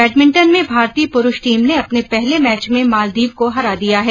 badminton में भारतीय पुरूष टीम ने अपने पहले मैच में मालदीव को हरा दिया है